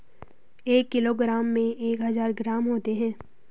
एक किलोग्राम में एक हजार ग्राम होते हैं